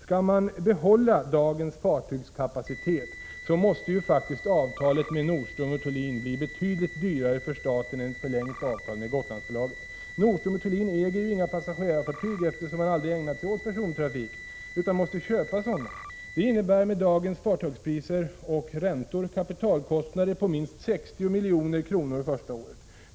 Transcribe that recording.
Skall man behålla dagens fartygskapacitet måste faktiskt avtalet med Nordström & Thulin bli betydligt dyrare för staten än ett förlängt avtal med Gotlandsbolaget. Nordström & Thulin äger inga passagerarfartyg, eftersom man aldrig ägnat sig åt persontrafik, utan måste köpa sådana. Det innebär med dagens fartygspriser och räntor kapitalkostnader på minst 60 milj.kr. första året.